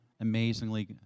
amazingly